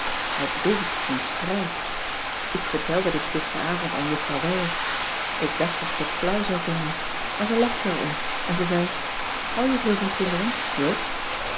hij bedoelt een strijd ik vertelde dit gisteravond aan juffrouw wijers ik dacht dat ze het flauw zou vinden maar ze lachte er om en ze zei hou je veel van kinderen joop